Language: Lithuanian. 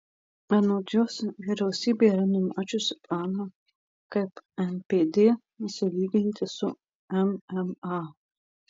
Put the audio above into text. anot jos vyriausybė yra numačiusi planą kaip npd sulyginti su mma